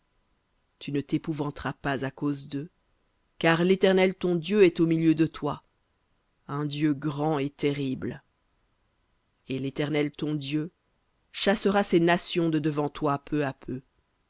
tu ne t'épouvanteras pas à cause d'eux car l'éternel ton dieu est au milieu de toi un dieu grand et terrible et l'éternel ton dieu chassera ces nations de devant toi peu à peu